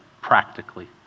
practically